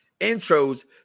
intros